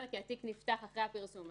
כי התיק נפתח אחרי הפרסום,